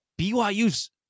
BYU's